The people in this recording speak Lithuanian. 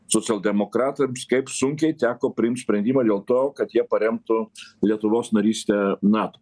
socialdemokratams kaip sunkiai teko priimt sprendimą dėl to kad jie paremtų lietuvos narystę nato